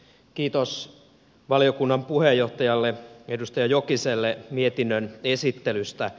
kiitos valiokunnan puheenjohtajalle edustaja jokiselle mietinnön esittelystä